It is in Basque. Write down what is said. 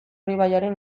ibaiaren